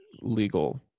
legal